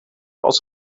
als